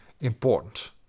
important